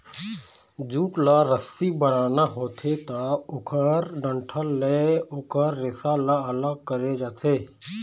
jute ल रस्सी बनाना होथे त ओखर डंठल ले ओखर रेसा ल अलग करे जाथे